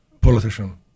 politician